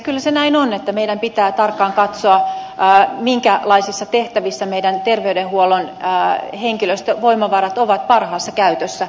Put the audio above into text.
kyllä se näin on että meidän pitää tarkkaan katsoa minkälaisissa tehtävissä terveydenhuollon henkilöstövoimavarat ovat parhaassa käytössä